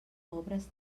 obres